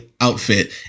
outfit